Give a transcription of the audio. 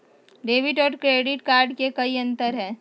Debit और credit card में कई अंतर हई?